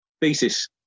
thesis